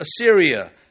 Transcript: Assyria